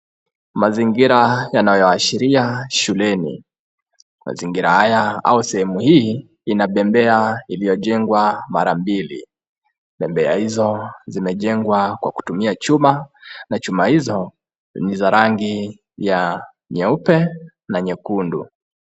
Mazingira yanayoashiria shuleni, mazingira haya au sehemu hii ina bembea iliyojengwa mara mbili. Bembea hizo zimejengwa kwa kutumia chuma na chuma hizo ni za rangi ya nyeupe na nyekundu.